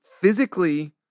physically